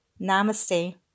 Namaste